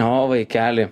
o vaikeli